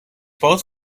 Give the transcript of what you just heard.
both